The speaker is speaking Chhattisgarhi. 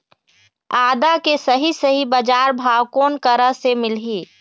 आदा के सही सही बजार भाव कोन करा से मिलही?